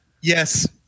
yes